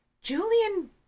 Julian